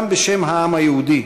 גם בשם העם היהודי,